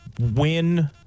win